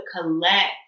collect